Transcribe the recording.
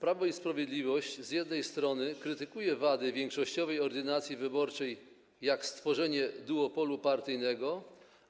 Prawo i Sprawiedliwość z jednej strony krytykuje wady większościowej ordynacji wyborczej, takie jak stworzenie duopolu partyjnego,